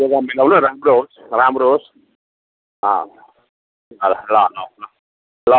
programme मिलाउनु राम्रो होस् राम्रो होस् अँ ल ल ल ल ल